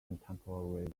contemporary